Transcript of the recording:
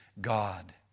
God